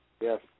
Yes